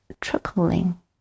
trickling